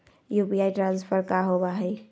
UPI transfer का होव हई?